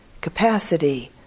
capacity